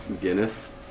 Guinness